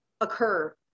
occur